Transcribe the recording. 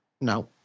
No